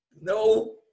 no